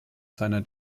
seiner